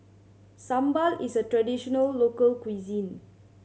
sambal is a traditional local cuisine